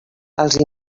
els